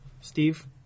Steve